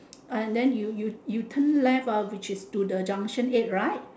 uh then you you you turn left ah which is to the junction-eight right